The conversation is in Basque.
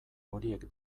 horiek